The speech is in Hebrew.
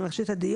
שלום לכולם,